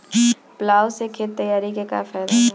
Plough से खेत तैयारी के का फायदा बा?